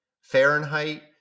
Fahrenheit